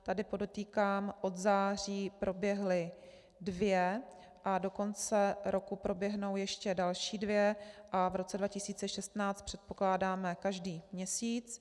Tady podotýkám od září proběhla dvě a do konce roku proběhnou ještě další dvě a v roce 2016 předpokládáme každý měsíc.